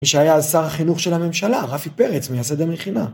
מי שהיה אז, שר החינוך של הממשלה, רפי פרץ, מייסד המכינה.